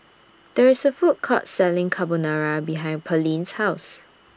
There IS A Food Court Selling Carbonara behind Pearline's House